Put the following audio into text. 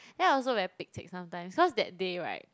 then I also very pek-chek sometimes cause that day [right]